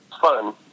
fun